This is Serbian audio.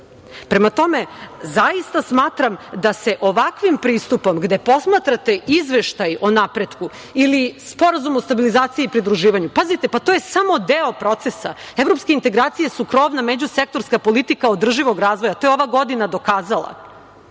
tome, zaista smatram da se ovakvim pristupom gde posmatrate Izveštaj o napretku ili Sporazum o stabilizaciji i pridruživanju, pazite, to je samo deo procesa, evropske integracije su krovna međusektorska politika održivog razvoja i to je ova godina dokazala.